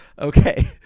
Okay